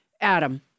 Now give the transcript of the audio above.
Adam